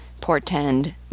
portend